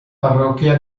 parroquia